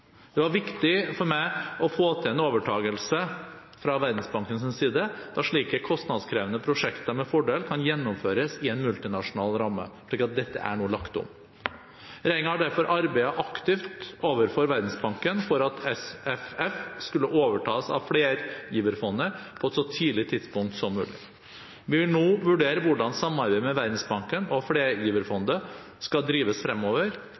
Det var viktig for meg å få til en overtakelse fra Verdensbankens side, da slike kostnadskrevende prosjekter med fordel kan gjennomføres i en multinasjonal ramme, så dette er nå lagt om. Regjeringen har derfor arbeidet aktivt overfor Verdensbanken for at SFF skulle overtas av flergiverfondet på et så tidlig tidspunkt som mulig. Vi vil nå vurdere hvordan samarbeidet med Verdensbanken og flergiverfondet skal drives fremover,